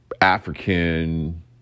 African